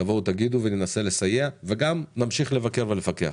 תבואו ותגידו וננסה לסייע, וגם נמשיך לבקר ולפקח.